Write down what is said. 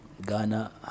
Ghana